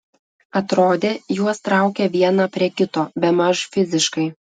atrodė juos traukia vieną prie kito bemaž fiziškai